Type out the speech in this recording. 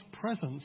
presence